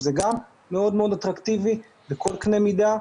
שזה גם מאוד מאוד אטרקטיבי בכל קנה מידה.